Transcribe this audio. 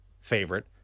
favorite